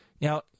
Now